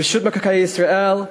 רשות מקרקעי ישראל,